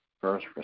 first